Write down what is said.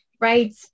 Right